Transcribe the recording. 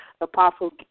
Apostle